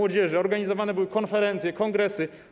Organizowane były konferencje, kongresy.